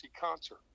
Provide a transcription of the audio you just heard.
concert